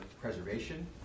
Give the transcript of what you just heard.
preservation